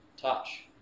touch